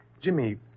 Jimmy